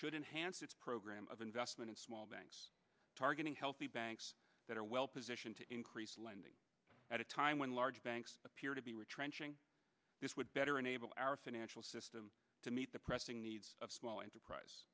should enhance its programme of investment in small banks targeting healthy banks that are well positioned to increase lending at a time when large banks appear to be retrenching this would better enable our financial system to meet the pressing needs of small enterprise